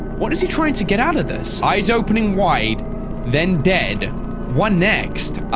what is he trying to get out of this eyes opening wide then dead one next?